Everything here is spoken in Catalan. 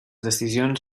decisions